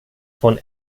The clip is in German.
von